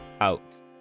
out